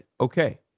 okay